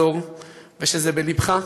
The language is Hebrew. לעזור ושזה בלבך,